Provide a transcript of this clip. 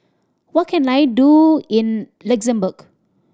what can I do in Luxembourg